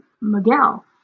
miguel